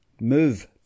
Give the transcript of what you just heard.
move